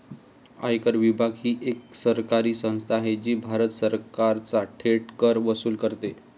आयकर विभाग ही एक सरकारी संस्था आहे जी भारत सरकारचा थेट कर वसूल करते